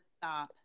stop